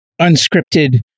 unscripted